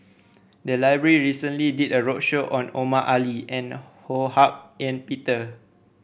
the library recently did a roadshow on Omar Ali and Ho Hak Ean Peter